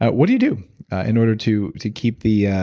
what do you do in order to to keep the. yeah